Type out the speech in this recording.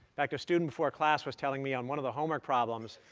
fact, a student before a class was telling me on one of the homework problems,